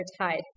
Hi